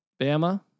Bama